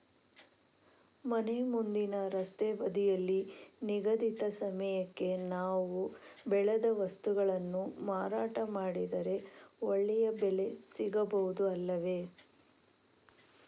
ಮನೆ ಮುಂದಿನ ರಸ್ತೆ ಬದಿಯಲ್ಲಿ ನಿಗದಿತ ಸಮಯಕ್ಕೆ ನಾವು ಬೆಳೆದ ವಸ್ತುಗಳನ್ನು ಮಾರಾಟ ಮಾಡಿದರೆ ಒಳ್ಳೆಯ ಬೆಲೆ ಸಿಗಬಹುದು ಅಲ್ಲವೇ?